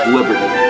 Liberty